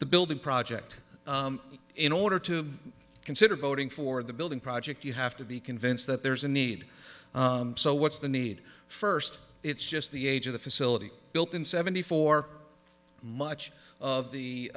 the building project in order to consider voting for the building project you have to be convinced that there's a need so what's the need first it's just the age of the facility built in seventy four much of the